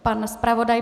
Pan zpravodaj?